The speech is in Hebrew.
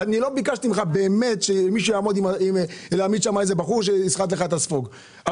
לא ביקשתי ממך שמישהו יעמוד ויסחט את הספוג אבל